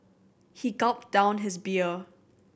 he gulped down his beer